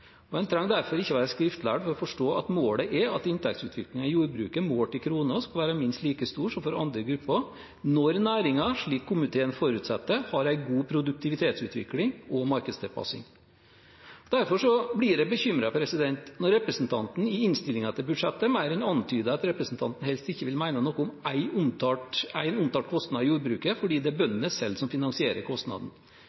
En trenger derfor ikke være skriftlærd for å forstå at målet er at inntektsutviklingen i jordbruket målt i kroner skal være minst like stor som for andre grupper når næringen, slik komiteen forutsetter, har en god produktivitetsutvikling og markedstilpasning. Derfor blir jeg bekymret når representanten i innstillingen til budsjettet mer enn antyder at representanten helst ikke vil mene noe om en omtalt kostnad i jordbruket fordi det er